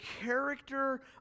character